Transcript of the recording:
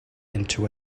into